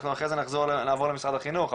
אנחנו אחרי זה נעבור למשרד החינוך,